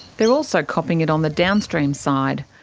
they're also copping it on the downstream side.